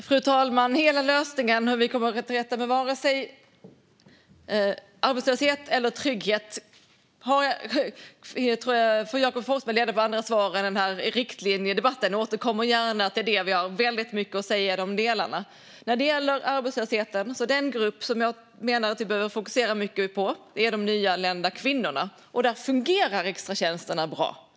Fru talman! Hela lösningen för hur vi kommer till rätta med arbetslöshet eller trygghet får Jakob Forssmed söka svar på i andra debatter än här i riktlinjedebatten. Jag återkommer gärna till detta, för vi har väldigt mycket att säga i de delarna. När det gäller arbetslösheten menar jag att den grupp som vi behöver fokusera mycket på är de nyanlända kvinnorna. Där fungerar extratjänsterna bra.